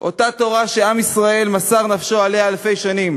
אותה תורה שעם ישראל מסר נפשו עליה אלפי שנים,